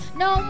no